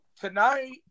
tonight